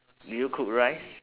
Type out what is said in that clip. did you cook rice